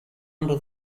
under